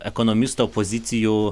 ekonomisto pozicijų